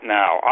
now